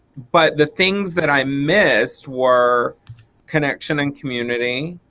but the things that i missed were connection and community